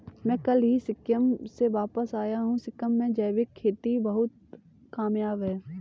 मैं कल ही सिक्किम से वापस आया हूं सिक्किम में जैविक खेती बहुत कामयाब है